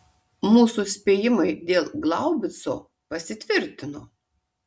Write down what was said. mūsų spėjimai dėl glaubico pasitvirtino